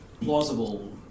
plausible